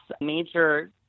major